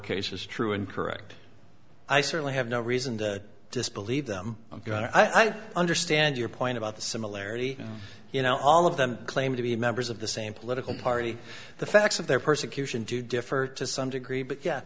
cases true and correct i certainly have no reason to disbelieve them i do understand your point about the similarity you know all of them claim to be members of the same political party the facts of their persecution do differ to some degree but yeah